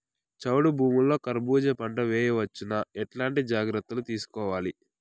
చౌడు భూముల్లో కర్బూజ పంట వేయవచ్చు నా? ఎట్లాంటి జాగ్రత్తలు తీసుకోవాలి?